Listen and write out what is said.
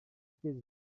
business